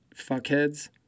fuckheads